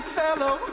fellow